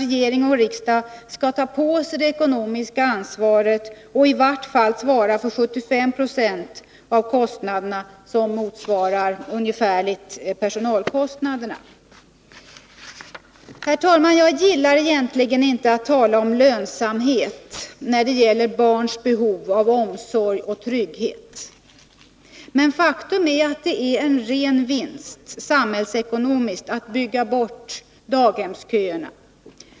Regering och riksdag bör enligt vår mening ta på sig det ekonomiska ansvaret och svara för i vart fall 75 26 av kostnaderna, vilket ungefär motsvarar personalkostnaderna. Herr talman! Jag gillar egentligen inte att tala om lönsamhet när det gäller barns behov av omsorg och trygghet, men faktum är att det samhällsekonomiskt är en ren vinst att bygga bort daghemsköerna.